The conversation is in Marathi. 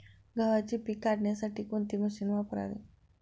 गव्हाचे पीक काढण्यासाठी कोणते मशीन वापरावे?